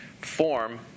form